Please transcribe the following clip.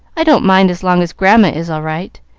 i don't mind as long as grandma is all right.